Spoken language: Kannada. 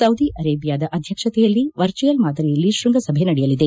ಸೌದಿ ಅರೇಬಿಯಾದ ಅಧ್ಯಕ್ಷತೆಯಲ್ಲಿ ವರ್ಚುಯಲ್ ಮಾದರಿಯಲ್ಲಿ ಶ್ವಂಗಸಭೆ ನಡೆಯಲಿದೆ